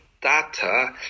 data